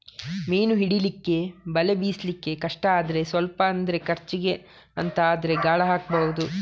ಮೀನು ಹಿಡೀಲಿಕ್ಕೆ ಬಲೆ ಬೀಸ್ಲಿಕ್ಕೆ ಕಷ್ಟ ಆದ್ರೆ ಸ್ವಲ್ಪ ಅಂದ್ರೆ ಖರ್ಚಿಗೆ ಅಂತ ಆದ್ರೆ ಗಾಳ ಹಾಕ್ಬಹುದು